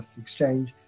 exchange